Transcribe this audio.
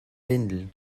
windel